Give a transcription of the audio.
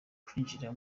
kwinjira